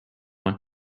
want